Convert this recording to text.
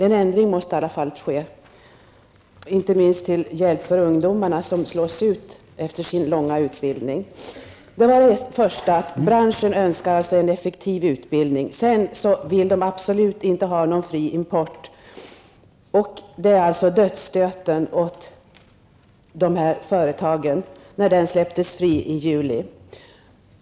En ändring måste i alla fall till, inte minst för att hjälpa de ungdomar som slås ut efter sin långa utbildning. Branschen efterlyser alltså en effektiv utbildning. Man vill absolut inte ha någon fri import. Det var dödsstöten för dessa företag när importen släpptes fri i juli.